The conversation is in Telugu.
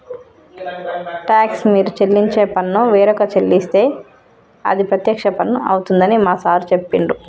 టాక్స్ మీరు చెల్లించే పన్ను వేరొక చెల్లిస్తే అది ప్రత్యక్ష పన్ను అవుతుందని మా సారు చెప్పిండు